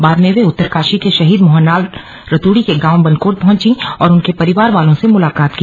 बाद में वे उत्तरकाशी के शहीद मोहनलाल रतूड़ी के गांव बनकोट पहुंची और उनके परिवार वालों से मुलाकात की